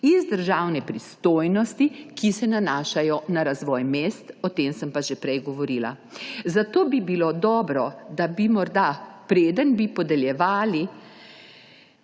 iz državne pristojnosti, ki se nanaša na razvoj mest, o tem sem pa že prej govorila. Zato bi bilo dobro, da bi morda, preden bi podeljevali